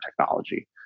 technology